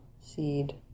seed